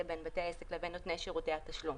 בין בתי עסק לבין נותני שירותי התשלום